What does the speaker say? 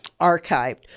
archived